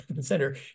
center